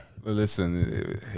Listen